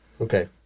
Okay